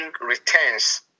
returns